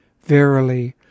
Verily